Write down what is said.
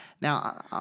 Now